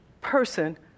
person